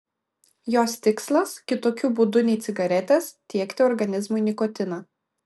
jos tikslas kitokiu būdu nei cigaretės tiekti organizmui nikotiną